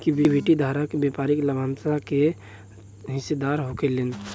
equity धारक व्यापारिक लाभांश के हिस्सेदार होखेलेन